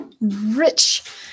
rich